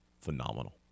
phenomenal